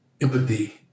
empathy